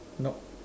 nope